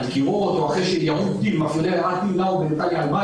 על דקירות או אחרי שמאפיונר ירה טיל לאו על בית,